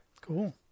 Cool